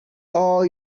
all